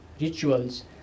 rituals